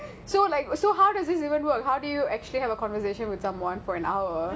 so like so how does this even work how do you actually have a conversation with someone for an hour